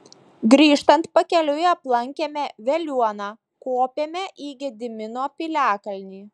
grįžtant pakeliui aplankėme veliuoną kopėme į gedimino piliakalnį